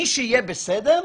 מי שיהיה בסדר,